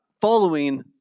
following